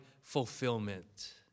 fulfillment